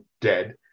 dead